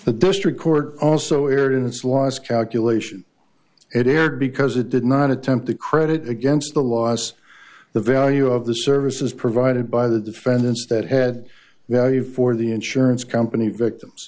the district court also erin's law's calculation it aired because it did not attempt to credit against the laws the value of the services provided by the defendants that had value for the insurance company victims